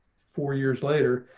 four years later.